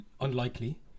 unlikely